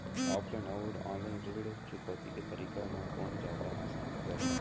Offline अऊ online ऋण चुकौती के तरीका म कोन जादा आसान परही?